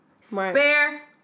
Spare